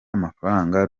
amafaranga